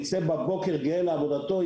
ייצא בבוקר גאה לעבודתו,